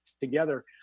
together